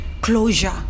closure